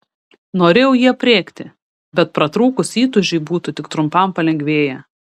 norėjau jį aprėkti bet pratrūkus įtūžiui būtų tik trumpam palengvėję